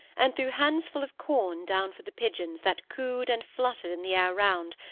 and threw handsful of corn down for the pigeons that cooed and fluttered in the air around,